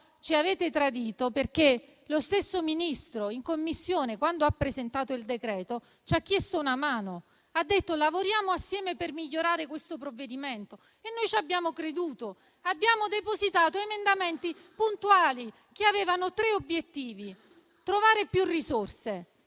ci avete tradito, perché lo stesso Ministro in Commissione, quando ha presentato il decreto-legge, ci ha chiesto una mano. Ha chiesto di lavorare assieme per migliorare questo provvedimento e noi ci abbiamo creduto. Abbiamo depositato emendamenti puntuali che avevano tre obiettivi. Il primo